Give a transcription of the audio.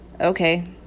Okay